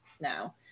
now